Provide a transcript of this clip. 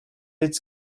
its